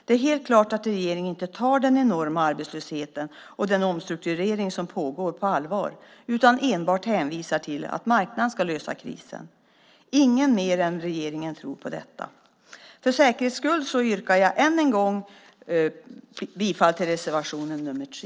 Det är helt klart att regeringen inte tar den enorma arbetslösheten och den omstrukturering som pågår på allvar utan enbart hänvisar till att marknaden ska lösa krisen. Ingen mer än regeringen tror på detta. För säkerhets skull yrkar jag än en gång bifall till reservation 3.